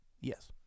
yes